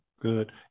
Good